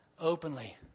Openly